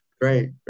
great